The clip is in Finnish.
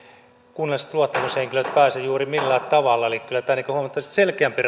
kunnalliset luottamushenkilöt käytännössä pääse juuri millään tavalla eli kyllä tämä hallituksen malli on huomattavasti selkeämpi